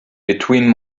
between